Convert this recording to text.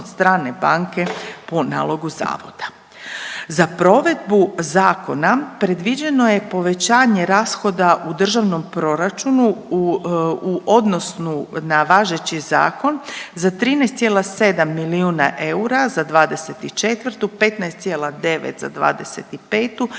od strane banke po nalogu zavoda. Za provedu zakona predviđeno je povećanje rashoda u Državnom proračunu u odnosu na važeći zakon za 13,7 milijuna eura za '24., 15,9 za '25.,